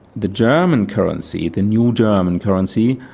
the german currency, the new german currency,